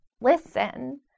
listen